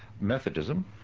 Methodism